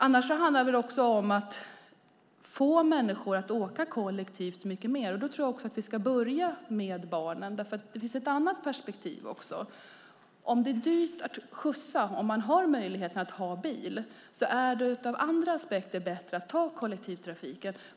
Det handlar också om att få människor att åka mer kollektivt, och jag tror att vi ska börja med barnen. Det är dyrt att skjutsa om man har bil, men även av andra skäl är det bättre att använda kollektivtrafik.